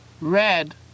Red